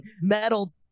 metal